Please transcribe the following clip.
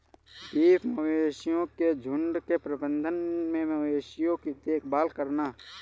beef मवेशियों के झुंड के प्रबंधन में मवेशियों की देखभाल करना